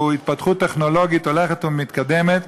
שהוא התפתחות טכנולוגית הולכת ומתקדמת,